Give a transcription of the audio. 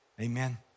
Amen